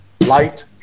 light